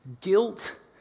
Guilt